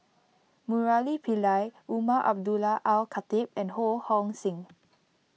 Murali Pillai Umar Abdullah Al Khatib and Ho Hong Sing